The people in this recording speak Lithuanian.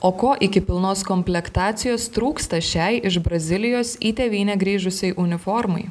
o ko iki pilnos komplektacijos trūksta šiai iš brazilijos į tėvynę grįžusiai uniformai